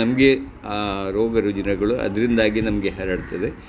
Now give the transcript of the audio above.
ನಮಗೆ ಆ ರೋಗ ರುಜಿನಗಳು ಅದರಿಂದಾಗಿ ನಮಗೆ ಹರಡ್ತದೆ